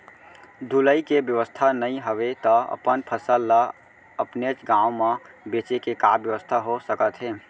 ढुलाई के बेवस्था नई हवय ता अपन फसल ला अपनेच गांव मा बेचे के का बेवस्था हो सकत हे?